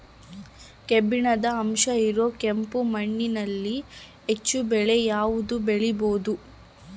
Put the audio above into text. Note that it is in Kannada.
ಕಬ್ಬಿಣದ ಅಂಶ ಇರೋ ಕೆಂಪು ಮಣ್ಣಿನಲ್ಲಿ ಹೆಚ್ಚು ಬೆಳೆ ಯಾವುದು ಬೆಳಿಬೋದು?